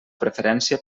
preferència